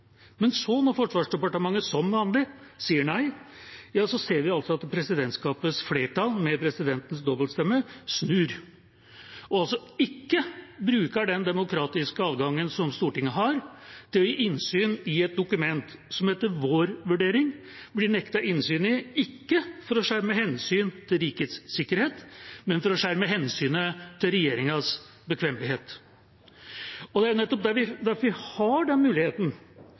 Men så, når Forsvarsdepartementet som vanlig sier nei, ser vi altså at presidentskapets flertall, med presidentens dobbeltstemme, snur og ikke bruker den demokratiske adgangen Stortinget har til å gi innsyn i et dokument det etter vår vurdering blir nektet innsyn i – ikke for å skjerme hensyn til rikets sikkerhet, men for å skjerme hensynet til regjeringas bekvemmelighet. Det er nettopp derfor vi har den muligheten.